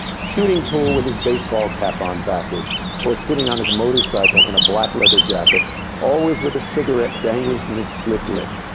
shooting pool with his baseball cap on backwards or sitting on his motorcycle, in a black leather jacket always with a cigarette dangling from his split lip.